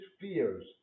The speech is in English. fears